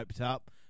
up